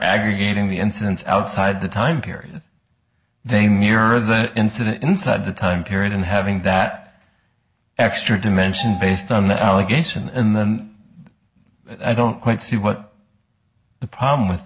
aggregating the incidents outside the time period they mirror the incident inside the time period and having that extra dimension based on the allegation in the i don't quite see what the problem with